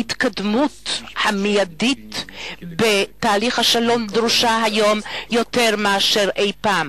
ההתקדמות המיידית בתהליך השלום דרושה היום יותר מאשר אי-פעם.